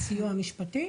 הסיוע המשפטי?